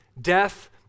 Death